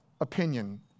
opinion